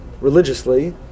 religiously